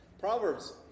Proverbs